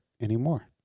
anymore